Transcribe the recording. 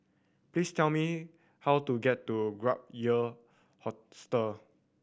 please tell me how to get to Gap Year Hostel